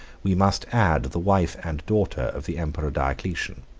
we must add the wife and daughter of the emperor diocletian.